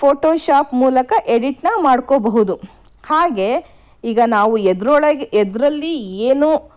Photoshop ಮೂಲಕ ಎಡಿಟನ್ನು ಮಾಡ್ಕೋಬಹುದು ಹಾಗೆ ಈಗ ನಾವು ಎದರೊಳಗೆ ಎದರಲ್ಲಿ ಏನೋ